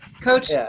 coach